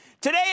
Today